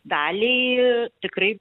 daliai tikrai